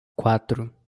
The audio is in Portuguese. quatro